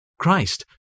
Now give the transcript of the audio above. Christ